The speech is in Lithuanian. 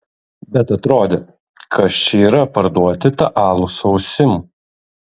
bet atrodė kas čia yra parduoti tą alų su ausim